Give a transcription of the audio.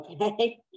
Okay